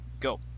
go